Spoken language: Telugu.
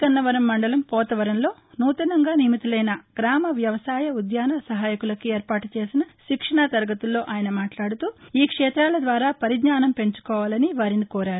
గన్నవరం మండలం పోతవరంలోసూతనంగా నియమితులైన గ్రామ వ్యవసాయ ఉద్యాన సహాయకుల కి ఏర్పాటు చేసిన శిక్షణా తరగతుల్లో అయన మాట్లాడుతూ ఈ క్షేతాల ద్వారా పరిజ్ఞానం పెంచుకోవాలని వారిని కోరారు